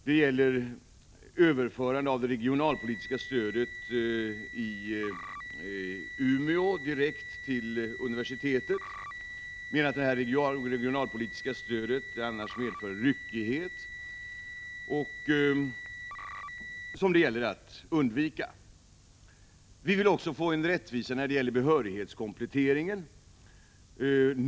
Det handlar om överförande av det regionalpolitiska stödet i Umeå direkt till universitetet. Vi menar att detta regionalpolitiska stöd annars medför en ryckighet och att det gäller att undvika en sådan. Vi vill också få till stånd rättvisa då det gäller behörighetskompletteringen.